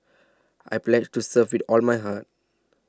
I pledge to serve with all my heart